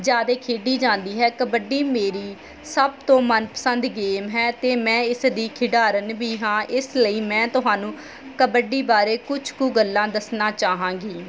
ਜ਼ਿਆਦਾ ਖੇਡੀ ਜਾਂਦੀ ਹੈ ਕਬੱਡੀ ਮੇਰੀ ਸਭ ਤੋਂ ਮਨਪਸੰਦ ਗੇਮ ਹੈ ਅਤੇ ਮੈਂ ਇਸ ਦੀ ਖਿਡਾਰਨ ਵੀ ਹਾਂ ਇਸ ਲਈ ਮੈਂ ਤੁਹਾਨੂੰ ਕਬੱਡੀ ਬਾਰੇ ਕੁਝ ਕੁ ਗੱਲਾਂ ਦੱਸਣਾ ਚਾਹਵਾਂਗੀ